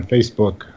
Facebook